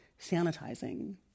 sanitizing